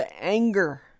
anger